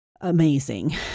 amazing